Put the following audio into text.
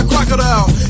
Crocodile